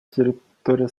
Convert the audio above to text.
территория